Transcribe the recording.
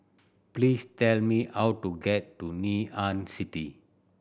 please tell me how to get to Ngee Ann City